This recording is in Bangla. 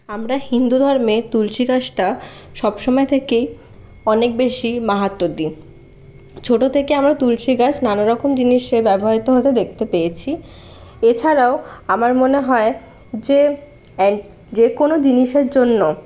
আমরা হিন্দুধর্মে তুলসি গাছটা সবসময় থেকেই অনেক বেশি মাহাত্ম্য দিই ছোট থেকে আমরা তুলসি গাছ নানারকম জিনিসে ব্যবহৃত হতে দেখতে পেয়েছি এছাড়াও আমার মনে হয় যে অ্যান যেকোনো জিনিসের জন্য